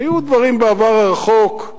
היו דברים בעבר הרחוק,